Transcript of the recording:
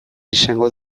izango